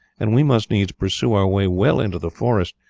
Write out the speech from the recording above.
and we must needs pursue our way well into the forest,